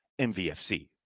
MVFC